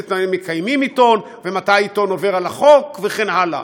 תנאים מקיימים עיתון ומתי עיתון עובר על החוק וכן הלאה.